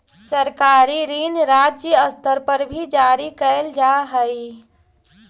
सरकारी ऋण राज्य स्तर पर भी जारी कैल जा हई